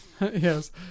Yes